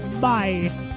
Bye